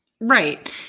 Right